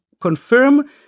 confirm